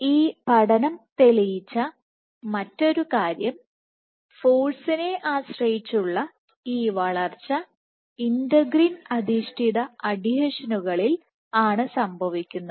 ഈ പഠനം തെളിയിച്ച മറ്റൊരു കാര്യം ഫോഴ്സിനെ ആശ്രയിച്ചുള്ള ഈ വളർച്ച ഇന്റെഗ്രിൻഅധിഷ്ഠിത അഡ്ഹീഷനുകളിൽ ആണ് സംഭവിക്കുന്നത്